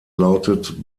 lautet